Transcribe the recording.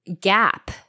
gap